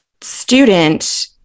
student